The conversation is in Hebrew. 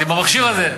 אם המכשיר הזה,